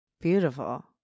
Beautiful